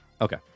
Okay